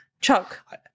Chuck